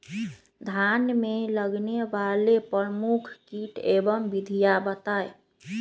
धान में लगने वाले प्रमुख कीट एवं विधियां बताएं?